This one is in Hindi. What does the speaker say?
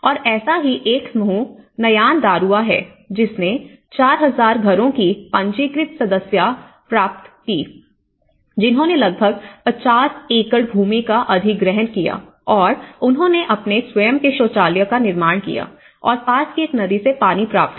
और ऐसा ही एक समूह नयानदारूआ है जिसने 4000 घरों की पंजीकृत सदस्यता प्राप्त की जिन्होंने लगभग 50 एकड़ भूमि का अधिग्रहण किया और उन्होंने अपने स्वयं के शौचालय का निर्माण किया और पास की एक नदी से पानी प्राप्त किया